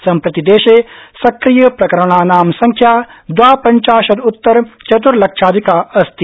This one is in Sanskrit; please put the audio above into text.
सम्प्रति देशे सक्रियप्रकरणानां संख्या द्वापंचाशदुत्तर चतुर्लक्षाधिका अस्ति